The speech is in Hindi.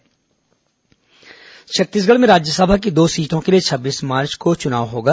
राज्यसभा चुनाव छत्तीसगढ़ में राज्यसभा की दो सीटों के लिए छब्बीस मार्च को चुनाव होगा